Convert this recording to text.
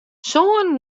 sân